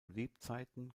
lebzeiten